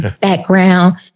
background